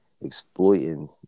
exploiting